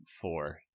four